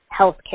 Healthcare